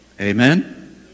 Amen